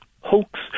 hoax